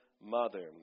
mother